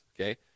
Okay